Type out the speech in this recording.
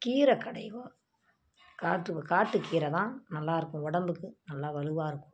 கீரை கடைவோம் காட்டு காட்டுக்கீரை தான் நல்லாயிருக்கும் உடம்புக்கு நல்லா வலுவாக இருக்கும்